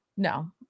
No